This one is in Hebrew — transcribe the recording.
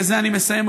ובזה אני מסיים,